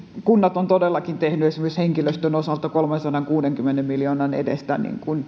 kunnat ovat todellakin tehneet esimerkiksi henkilöstön osalta kolmensadankuudenkymmenen miljoonan edestä